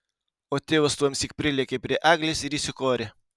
o tėvas tuomsyk prilėkė prie eglės ir įsikorė